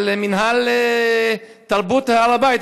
של מינהל תרבות הר הבית.